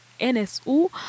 NSU